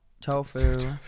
tofu